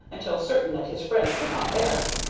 until certain that his friends were not there.